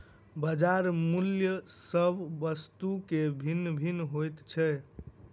बजार मूल्य सभ वस्तु के भिन्न भिन्न होइत छै